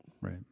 Right